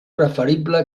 preferible